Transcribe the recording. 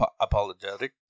apologetic